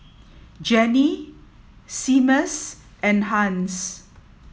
Jenni Seamus and Hans